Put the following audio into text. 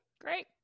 Great